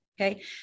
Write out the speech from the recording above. Okay